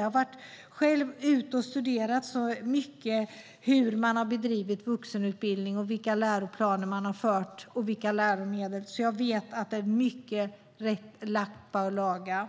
Jag har själv varit ute mycket och studerat hur man har bedrivit vuxenutbildning, vilka läroplaner man har följt och vilka läromedel man har haft, så jag vet att det är mycket lappa och laga.